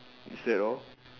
is that all